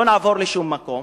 לא נעבור לשום מקום,